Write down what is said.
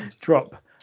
drop